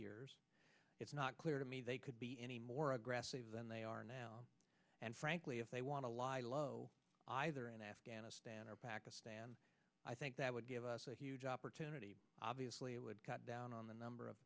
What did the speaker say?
years it's not clear to me they could be any more aggressive than they are now and frankly if they want to lie low either in afghanistan or pakistan i think that would give us a huge opportunity obviously it would cut down on the number of